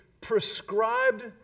prescribed